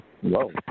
Whoa